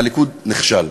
הליכוד נכשל.